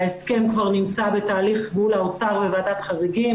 ההסכם כבר נמצא בתהליך מול האוצר בוועדת חריגים,